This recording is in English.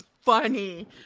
funny